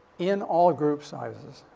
in all group sizes.